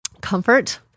comfort